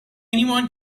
anyone